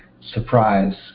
surprise